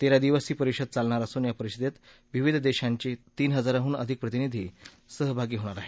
तेरा दिवस ही परिषद चालणार असून या परिषदेत विविध देशांची तीन हजारांहून अधिक प्रतिनिधी सहभागी होणार आहेत